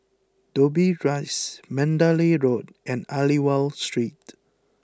Dobbie Rise Mandalay Road and Aliwal Street